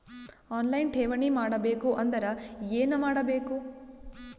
On line ಠೇವಣಿ ಮಾಡಬೇಕು ಅಂದರ ಏನ ಮಾಡಬೇಕು?